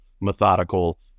methodical